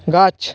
গাছ